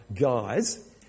guys